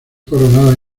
coronada